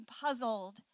puzzled